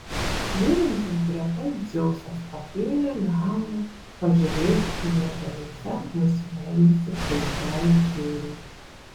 gulintis greta dzeusas pakėlė galvą pažiūrėti į netoliese nusileidusį pulkelį kirų